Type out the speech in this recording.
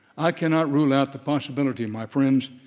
i cannot rule out the possibility my friends,